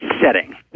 setting